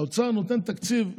האוצר נותן תקציב,